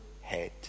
head